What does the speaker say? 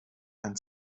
ein